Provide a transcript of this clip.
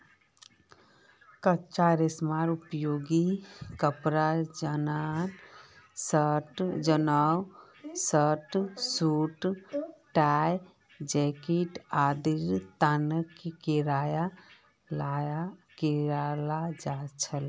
कच्चा रेशमेर उपयोग कपड़ा जंनहे शर्ट, सूट, टाई, जैकेट आदिर तने कियाल जा छे